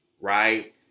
right